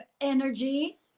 energy